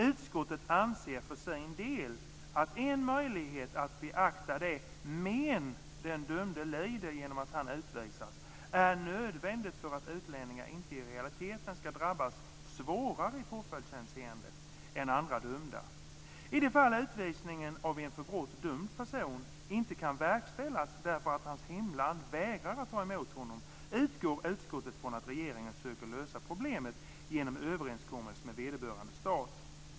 "Utskottet anser för sin del att en möjlighet att beakta det men den dömde lider genom att han utvisas är nödvändig för att utlänningar inte i realiteten ska drabbas svårare i påföljdshänseende än andra dömda. I de fall utvisning av en för brott dömd person inte kan verkställas därför att hans hemland vägrar att ta emot honom utgår utskottet från att regeringen söker lösa problemet genom överenskommelse med vederbörande stat."